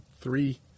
three